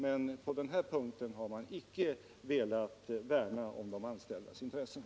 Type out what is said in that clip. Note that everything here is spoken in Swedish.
Men på den här punkten har de inte velat värna om de anställdas intressen.